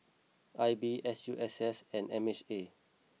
I B S U S S and M H A